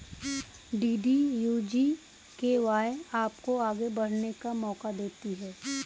DDU GKY आपको आगे बढ़ने का मौका देती है